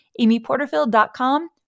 amyporterfield.com